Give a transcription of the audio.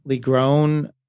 grown